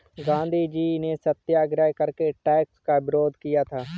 गांधीजी ने सत्याग्रह करके टैक्स का विरोध किया था